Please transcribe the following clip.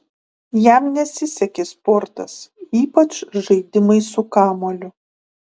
jam nesisekė sportas ypač žaidimai su kamuoliu